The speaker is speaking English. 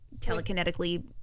telekinetically